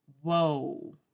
Whoa